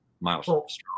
Miles